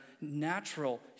natural